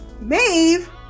Maeve